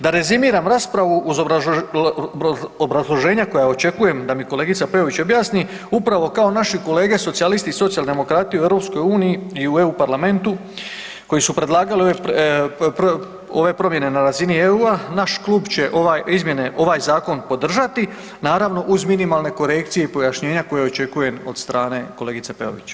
Da rezimiram raspravu uz obrazloženje koje očekujem da mi kolegica Peović objasni, upravo kao naši kolege socijalisti i socijaldemokrati u EU-u i u EU parlamentu koji su predlagali ove promjene na razini EU, naš klub će ovaj zakon podržati, naravno uz minimalne korekcije i pojašnjenja koja očekujem od strane kolegice Peović.